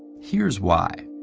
here's why.